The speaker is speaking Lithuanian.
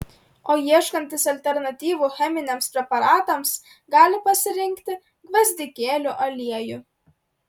o ieškantys alternatyvų cheminiams preparatams gali pasirinkti gvazdikėlių aliejų